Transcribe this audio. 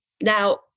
Now